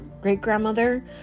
great-grandmother